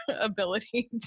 ability